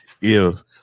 If